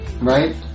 Right